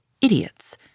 idiots